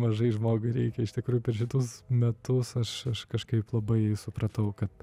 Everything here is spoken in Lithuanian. mažai žmogui reikia iš tikrųjų per šitus metus aš aš kažkaip labai supratau kad